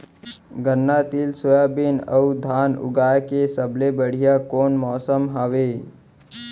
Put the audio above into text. गन्ना, तिल, सोयाबीन अऊ धान उगाए के सबले बढ़िया कोन मौसम हवये?